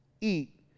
eat